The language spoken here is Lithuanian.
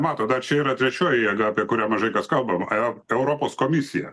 matot dar čia yra trečioji jėga apie kurią mažai kas kalbama europos komisija